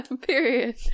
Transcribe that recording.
period